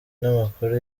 n’amakuru